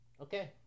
okay